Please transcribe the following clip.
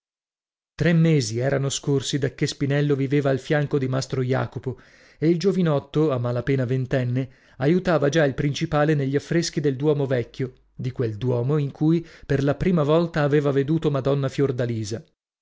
tre mesi erano scorsi dacchè spinello viveva al fianco di mastro jacopo e il giovinotto a mala pena ventenne aiutava già il principale negli affreschi del duomo vecchio di quel duomo in cui per la prima volta aveva veduto madonna fiordalisa